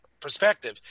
perspective